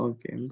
Okay